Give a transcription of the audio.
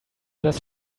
does